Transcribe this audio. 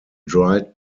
dried